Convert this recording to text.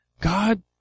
God